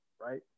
right